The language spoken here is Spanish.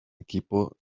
equipo